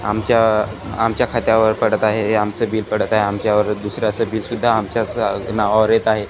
आमच्या आमच्या खात्यावर पडत आहे आमचं बिल पडत आहे आमच्यावर दुसरा असं बिलसुद्धा आमच्याच नावावर येत आहे